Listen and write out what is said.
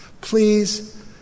Please